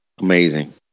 Amazing